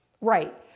Right